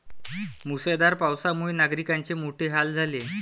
मुसळधार पावसामुळे नागरिकांचे मोठे हाल झाले